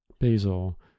Basil